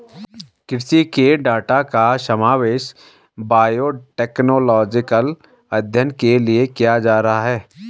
कृषि के डाटा का समावेश बायोटेक्नोलॉजिकल अध्ययन के लिए किया जा रहा है